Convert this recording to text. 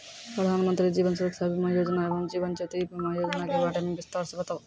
प्रधान मंत्री जीवन सुरक्षा बीमा योजना एवं जीवन ज्योति बीमा योजना के बारे मे बिसतार से बताबू?